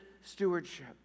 stewardship